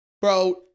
bro